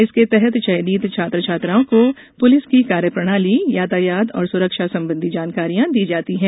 इसके तहत चयनित छात्र छात्राओं को पूलिस की कार्यप्रणाली यातायात और सुरक्षा संबंधी जानकारियां दी जाती है